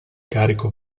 carico